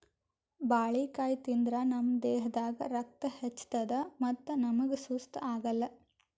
ಬಾಳಿಕಾಯಿ ತಿಂದ್ರ್ ನಮ್ ದೇಹದಾಗ್ ರಕ್ತ ಹೆಚ್ಚತದ್ ಮತ್ತ್ ನಮ್ಗ್ ಸುಸ್ತ್ ಆಗಲ್